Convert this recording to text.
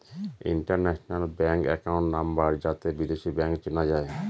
international bank account number যাতে বিদেশী bank চেনা যায়